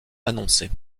annoncé